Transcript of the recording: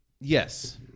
yes